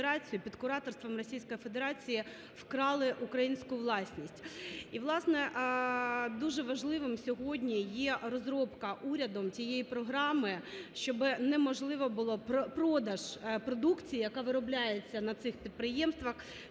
Федерації вкрали українську власність. І, власне, дуже важливим сьогодні є розробка урядом цієї програми, щоб неможливо було продаж продукції, яка виробляється на цих підприємствах,